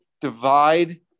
divide